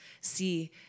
see